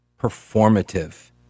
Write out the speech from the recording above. performative